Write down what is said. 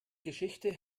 geschichte